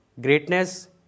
Greatness